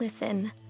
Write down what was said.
Listen